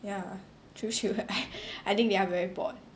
ya 久久 I I think they are very bored